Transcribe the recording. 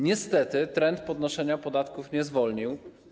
Niestety, trend podnoszenia podatków nie zahamował.